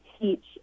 teach